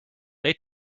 they